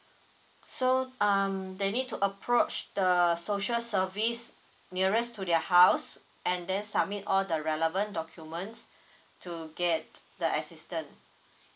so um they need to approach the social service nearest to their house and then submit all the relevant documents to get the assistance